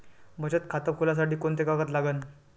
बचत खात खोलासाठी कोंते कागद लागन?